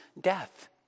death